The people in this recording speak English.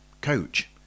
coach